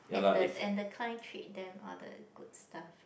and the and the client treat them all the good stuff ah